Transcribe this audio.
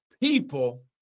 people